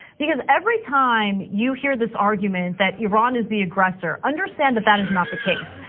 because every time you hear this argument that iran is the aggressor, understand that that is not the case.